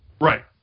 right